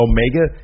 Omega